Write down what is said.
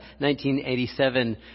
1987